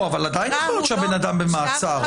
עדיין יכול להיות שהבן אדם במעצר.